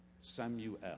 Samuel